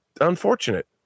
unfortunate